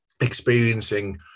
experiencing